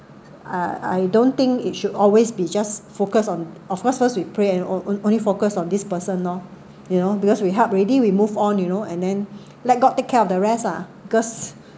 I don't think it should always be just focus on of course suppose we pray and on~ only focus on this person lor you know because we help already we move on you know and then let god take care of the rest ah because